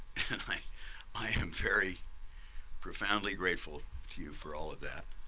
i i am very profoundly grateful to you for all of that.